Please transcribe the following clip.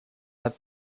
have